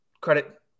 credit